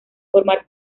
formar